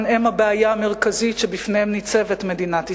הם הבעיה המרכזית שבפניה ניצבת מדינת ישראל.